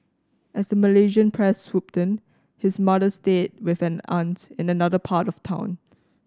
as the Malaysian press swooped in his mother stayed with an aunt in another part of town